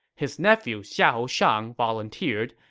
his nephew xiahou shang volunteered,